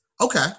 okay